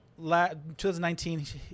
2019